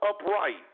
upright